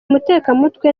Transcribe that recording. mutekamutwe